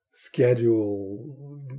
Schedule